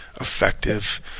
effective